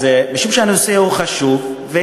משום שהנושא הוא חשוב,